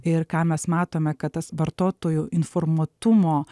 ir ką mes matome kad tas vartotojų informuotumo